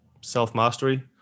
self-mastery